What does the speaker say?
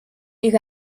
ihre